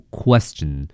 question